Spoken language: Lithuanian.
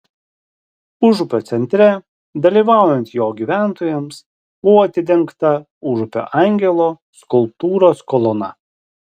užupio centre dalyvaujant jo gyventojams buvo atidengta užupio angelo skulptūros kolona